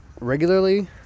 regularly